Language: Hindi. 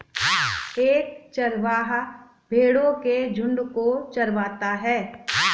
एक चरवाहा भेड़ो के झुंड को चरवाता है